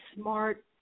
smart